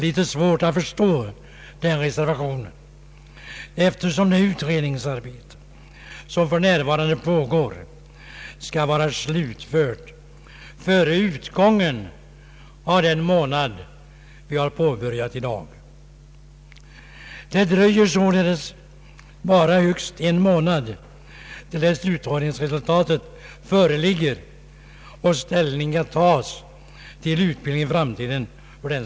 Utredningsarbete pågår alltså för närvarande, och det skall vara slutfört före utgången av april i år. Det dröjer således bara högst en månad tills resultatet är klart och man vet vilken ställning man skall ta till utbildningens uppläggning i framtiden.